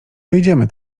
wyjdziemy